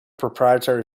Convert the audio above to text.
proprietary